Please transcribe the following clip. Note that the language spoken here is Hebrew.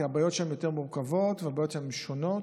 כי הבעיות שם יותר מורכבות והבעיות שם שונות.